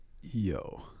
Yo